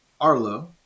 Arlo